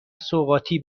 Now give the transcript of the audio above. سوغاتی